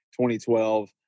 2012